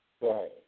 right